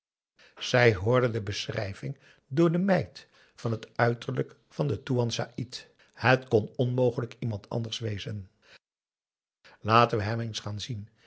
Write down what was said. zij hoorde de beschrijving door de meid van het uiterlijk van den toean saïd het kon onmogelijk iemand anders wezen laten we hem eens gaan zien